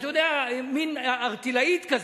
ערטילאית כזאת.